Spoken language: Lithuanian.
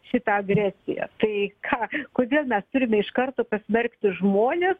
šitą agresiją tai ką kodėl mes turime iš karto pasmerkti žmones